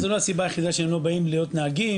זה לא הסיבה היחידה שהם לא באים להיות נהגים.